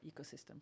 ecosystem